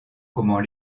comment